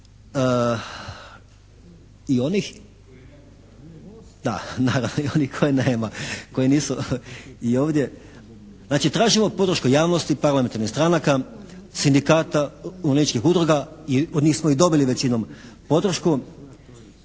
i onih koje nema, koji nisu i ovdje. Znači tražimo podršku javnosti i parlamentarnih stranaka, sindikata umirovljeničkih udruga jer od njih smo i dobili većinom podršku,